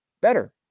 better